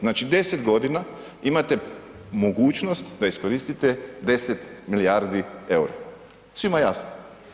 Znači 10 godina imate mogućnost da iskoriste 10 milijardi eura, svima je jasno.